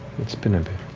it's been a bit.